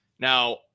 Now